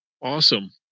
Awesome